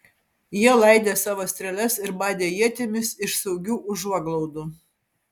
jie laidė savo strėles ir badė ietimis iš saugių užuoglaudų